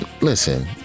listen